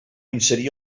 inserir